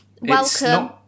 Welcome